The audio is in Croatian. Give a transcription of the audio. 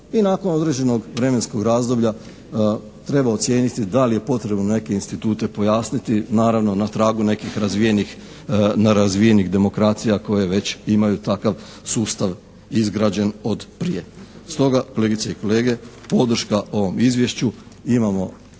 i nakon određenog vremenskog razdoblja treba ocijeniti da li je potrebno neke institute pojasniti naravno na tragu nekih razvijenih demokracija koje već imaju takav sustav izgrađen od prije. Stoga kolegice i kolege podrška ovom izvješću. Imamo